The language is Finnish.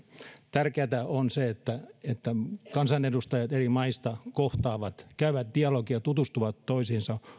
tärkeätä on se että että kansanedustajat eri maista kohtaavat käyvät dialogia tutustuvat toisiinsa